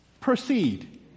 proceed